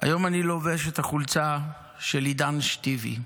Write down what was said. היום אני לובש את החולצה של עידן שתיוי.